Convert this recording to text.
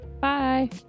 bye